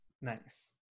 Nice